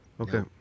Okay